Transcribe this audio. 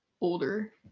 older